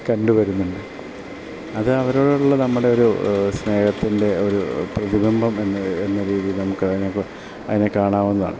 കണ്ടു വരുന്നുണ്ട് അത് അവരോടുള്ള നമ്മുടെ ഒരു സ്നേഹത്തിൻ്റെ ഒരു പ്രതിഭിംബം എന്നുള്ള എന്ന രീതിയിൽ നമുക്ക് അതിനെ കു അതിനെ കാണാവുന്നതാണ്